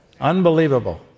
Unbelievable